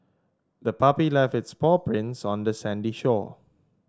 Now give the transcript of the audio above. the puppy left its paw prints on the sandy shore